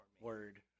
Word